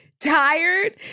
tired